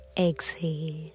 Exhale